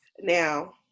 Now